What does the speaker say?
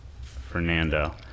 Fernando